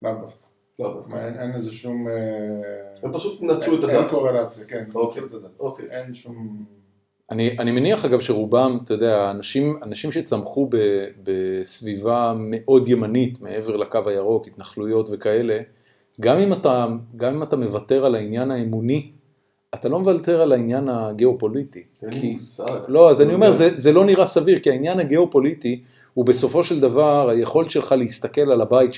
לא, אין איזה שום, הם פשוט נטשו את הקורלציה, אין שום, אני מניח אגב שרובם, אתה יודע, אנשים שצמחו בסביבה מאוד ימנית, מעבר לקו הירוק, התנחלויות וכאלה, גם אם אתה מוותר על העניין האמוני, אתה לא מוותר על העניין הגיאופוליטי, לא אז אני אומר, זה לא נראה סביר, כי העניין הגיאופוליטי הוא בסופו של דבר, היכולת שלך להסתכל על הבית של